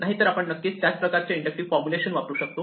नाहीतर आपण नक्कीच त्याच प्रकारचे इंडक्टिव्ह फॉर्मुलेशन वापरू शकतो